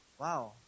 wow